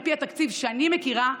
על פי התקציב שאני מכירה,